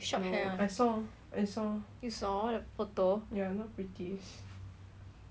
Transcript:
you saw the photo